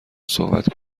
صحبت